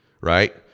right